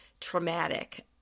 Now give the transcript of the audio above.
traumatic